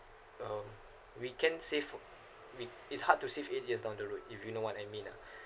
um we can save for we it's hard to save eight years down the road if you know what I mean ah